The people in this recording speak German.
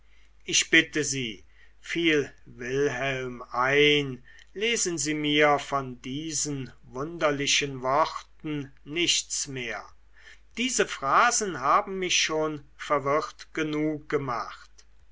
ich bitte sie fiel wilhelm ein lesen sie mir von diesen wunderlichen worten nichts mehr diese phrasen haben mich schon verwirrt genug gemacht